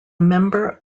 member